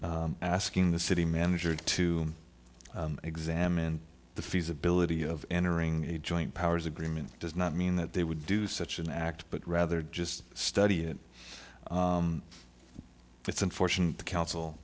asking the city manager to examine the feasibility of entering a joint powers agreement does not mean that they would do such an act but rather just study it it's unfortunate the council